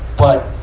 but,